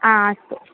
आ अस्तु